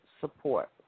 support